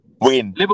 Win